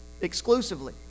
Exclusively